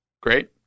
Great